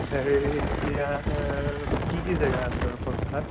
হেৰি এতিয়া কি কি জেগা আছে বাৰু তৎক্ষণাৎ